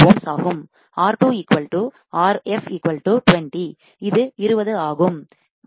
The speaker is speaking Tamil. R2 Rf 20 இது 20 ஆகும்